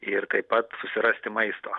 ir kaip kad susirasti maisto